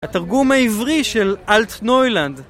התרגום העברי של אלט נוילנד